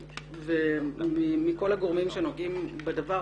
מכל הגורמים שנוגעים בדבר,